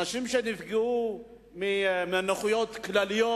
אנשים שנפגעו בנכויות כלליות,